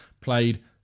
played